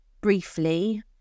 briefly